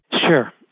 Sure